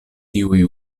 tiuj